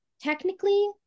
technically